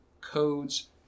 codes